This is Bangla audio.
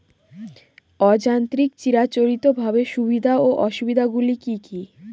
অযান্ত্রিক চিরাচরিতভাবে সুবিধা ও অসুবিধা গুলি কি কি?